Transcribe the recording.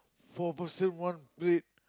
four person one plate